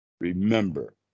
remember